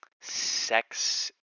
sex